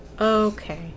Okay